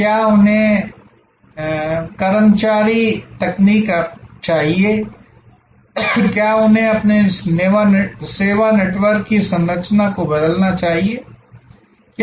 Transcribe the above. क्या उन्हें कर्मचारी तकनीक चाहिए क्या उन्हें अपने सेवा नेटवर्क की संरचना को बदलना चाहिए